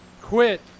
Quit